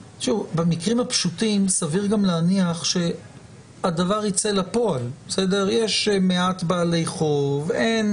אם נחכה למצב שכל תביעות החוב יהיו